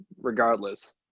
regardless